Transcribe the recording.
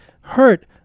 hurt